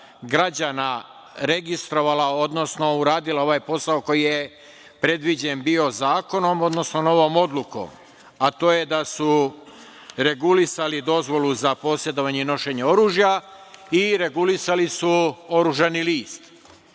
građana registrovala, odnosno uradila ovaj posao koji je predviđen bio zakonom, odnosno novom odlukom, a to je da su regulisali dozvolu za posedovanje nošenja oružja i regulisali su oružani list.